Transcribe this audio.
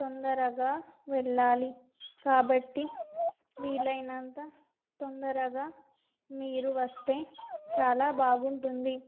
తొందరగా వెళ్ళాలి కాబట్టి వీలైనంత తొందరగా మీరు వస్తే చాలా బాగుంటుంది